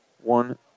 one